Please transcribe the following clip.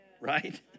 right